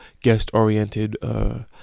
guest-oriented